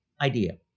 idea